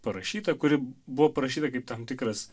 parašyta kuri buvo parašyta kaip tam tikras